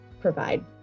provide